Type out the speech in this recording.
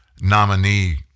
nominee